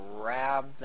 grab